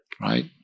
right